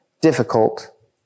difficult